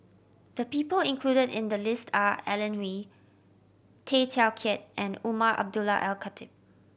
the people included in the list are Alan Oei Tay Teow Kiat and Umar Abdullah Al Khatib